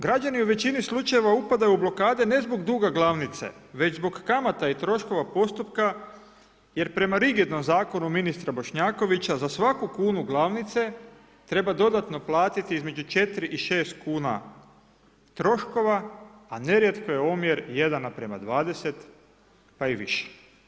Građani u većini slučajeva upadaju u blokade ne zbog duga glavnice već zbog kamata i troškova postupka jer prema rigidnom zakonu ministra Bošnjakovića za svaku kunu glavnice treba dodatno platiti između 4 i 6 kuna troškova, a nerijetko je omjer 1:20 pa i više.